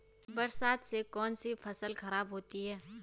बरसात से कौन सी फसल खराब होती है?